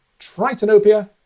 tritanopia,